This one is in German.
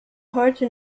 heute